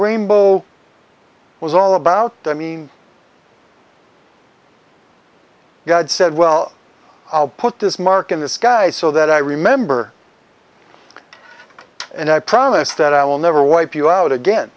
rainbow was all about the i mean god said well i'll put this mark in the sky so that i remember and i promise that i will never wipe you out again